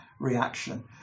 reaction